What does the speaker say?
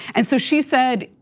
and so she said,